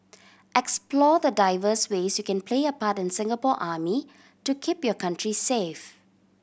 explore the diverse ways you can play a part in the Singapore Army to keep your country safe